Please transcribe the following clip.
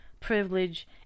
privilege